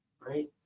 Right